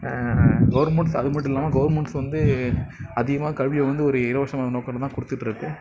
government அது மட்டும் இல்லாமல் கவர்மெண்ட்ஸ் வந்து அதிகமாக கல்வியை வந்து ஒரு இலவச நோக்கத்தில் தான் கொடுத்துட்ருக்கு